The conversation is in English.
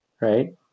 right